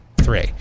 three